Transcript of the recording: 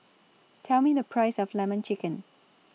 Tell Me The Price of Lemon Chicken